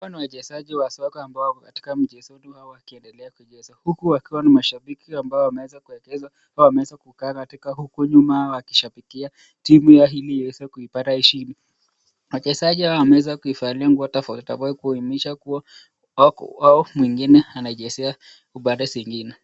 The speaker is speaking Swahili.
Hawa ni wachezaji wa soka ambao wako katika mchezo wao ukiendelea kucheza. Huku wakiwa na mashabiki wao ambao wameweza kukaa katika nyuma wakishabikia timu yao ili waweze kupata ushindi. Wachezaji hawa wamevaa nguo tofauti tofauti ili kuonyesha hao wengine wanachezea upande zingine.